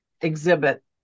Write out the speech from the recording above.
exhibit